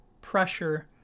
pressure